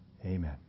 Amen